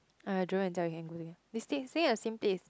ah Jo and Jia-Yu can go in they stay in the same place